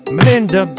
Melinda